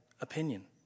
opinion